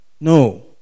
No